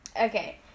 Okay